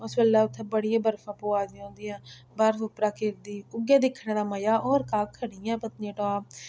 उस बेल्लै उत्थै बड़ी गै बर्फ पोआ दी होंदी ऐ बर्फ उप्परा घिरदी उ'यै दिक्खने दा मज़ा होर कक्ख नी ऐ पत्नीटाप